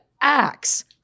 axe